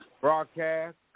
broadcast